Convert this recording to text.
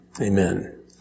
Amen